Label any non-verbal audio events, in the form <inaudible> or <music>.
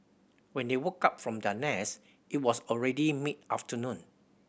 when they woke up from their <unintelligible> it was already mid afternoon